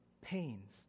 pains